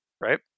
Right